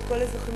את כל האזרחים,